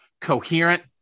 coherent